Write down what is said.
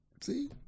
See